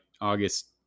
August